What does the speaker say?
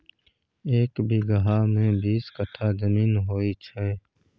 एक बीगहा मे बीस कट्ठा जमीन होइ छै